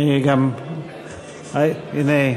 הנה,